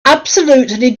absolutely